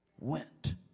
went